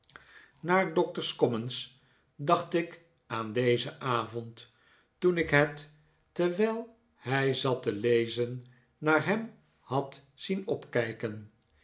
naar doctor's commons dacht ik aan den avond toen ik het terwiil hij zat te lezen naar hem had zien opkijken